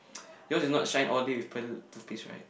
yours is not shine all day with present toothpaste right